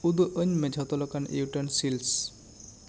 ᱩᱫᱩᱜ ᱟᱹᱧ ᱢᱮ ᱡᱚᱛᱚ ᱞᱮᱠᱟᱱ ᱤᱭᱩᱴᱮᱱᱥᱤᱞᱥ